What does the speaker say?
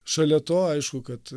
šalia to aišku kad